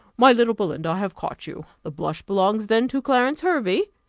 my little belinda, i have caught you the blush belongs then to clarence hervey?